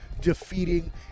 defeating